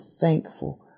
thankful